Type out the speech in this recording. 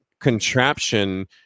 contraption